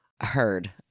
Heard